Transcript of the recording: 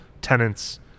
tenants